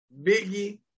Biggie